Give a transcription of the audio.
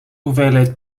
hoeveelheid